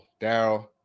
daryl